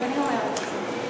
אז אני אומרת את זה.